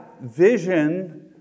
vision